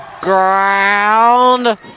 ground